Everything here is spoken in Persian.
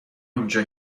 اینجا